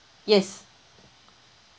yes